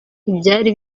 ibyari